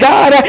God